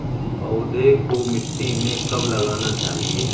पौधें को मिट्टी में कब लगाना चाहिए?